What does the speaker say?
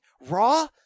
Raw